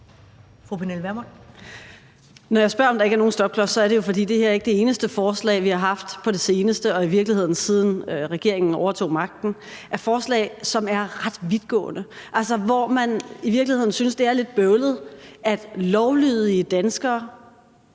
Når jeg spørger, om der ikke er nogen stopklods, er det jo, fordi det her ikke er det eneste forslag, vi har haft i salen på det seneste, og i virkeligheden siden regeringen overtog magten, som har været ret vidtgående, altså hvor man i virkeligheden synes, det er lidt bøvlet, at lovlydige danskere